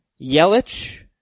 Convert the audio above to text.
Yelich